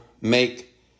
make